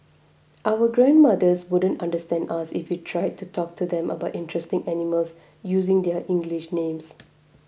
our grandmothers wouldn't understand us if we tried to talk to them about interesting animals using their English names